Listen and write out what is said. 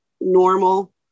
normal